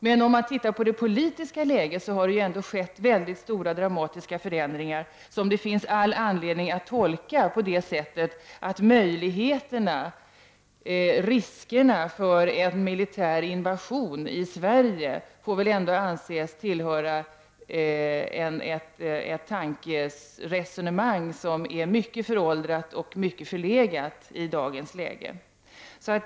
Men om man ser på det politiska läget har det skett väldigt stora dramatiska förändringar som det finns all anledning att tolka på det sättet att möjligheterna, riskerna för en militär invasion i Sverige ändå får anses tillhöra ett resonemang som är mycket föråldrat och förlegat i dagens läge.